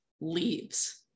leaves